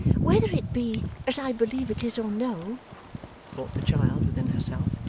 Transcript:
whether it be as i believe it is, or no thought the child within herself,